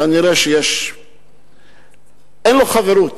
כנראה אין לו חברות,